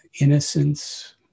innocence